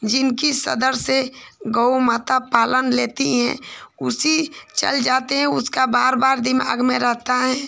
जिनकी सदर से गऊ माता पालन लेती हैं उसी चल जाते हैं उसका बार बार दिमाग में रहता है